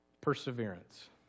Perseverance